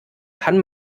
kann